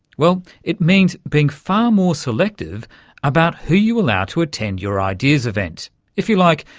well, it means being far more selective about who you allow to attend your ideas event if you like,